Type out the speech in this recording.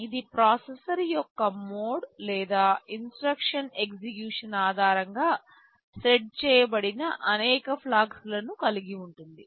ఇది ప్రాసెసర్ యొక్క మోడ్ లేదా ఇన్స్ట్రక్షన్ ఎగ్జిక్యూషన్ ఆధారంగా సెట్ చేయబడిన అనేక ఫ్లాగ్స్ లను కలిగి ఉంటుంది